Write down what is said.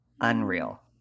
unreal